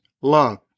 love